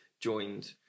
joined